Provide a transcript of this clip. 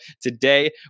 today